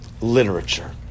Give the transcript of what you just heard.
literature